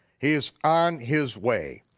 he's on his way.